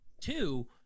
Two